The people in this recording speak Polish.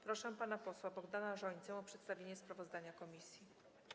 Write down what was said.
Proszę pana posła Bogdana Rzońcę o przedstawienie sprawozdania komisji.